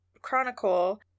chronicle